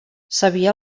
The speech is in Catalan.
sabia